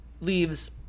leaves